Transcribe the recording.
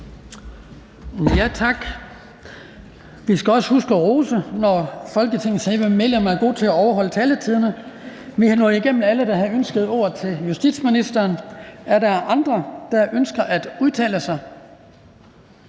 Tak. Vi skal også huske at rose, når Folketingets medlemmer er gode til at overholde taletiderne. Vi er nået igennem alle, der har ønsket ordet til justitsministeren. Er der andre, der ønsker at udtale sig?